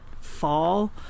fall